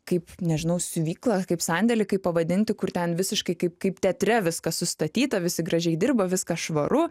kaip nežinau siuvyklą kaip sandėlį kaip pavadinti kur ten visiškai kaip kaip teatre viskas sustatyta visi gražiai dirba viskas švaru